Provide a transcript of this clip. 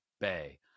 Bay